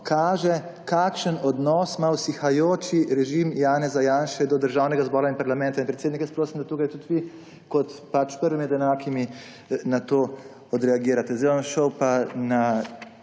kakšen odnos ima usihajoči režim Janeza Janše do Državnega zbora in parlamenta. Predsednik, prosim, da tukaj tudi vi kot prvi med enakimi na to odreagirate. Zdaj bom šel pa na